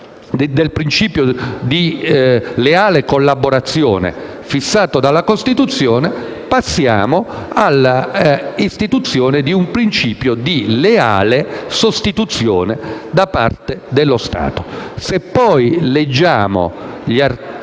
del principio di leale collaborazione fissato dalla Costituzione passiamo all'istituzione di un principio di leale sostituzione da parte dello Stato. Se poi leggiamo sugli organi